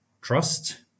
trust